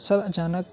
سر اچانک